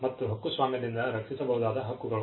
ಮತ್ತು ಹಕ್ಕುಸ್ವಾಮ್ಯದಿಂದ ರಕ್ಷಿಸಬಹುದಾದ ಹಕ್ಕುಗಳು